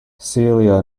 celia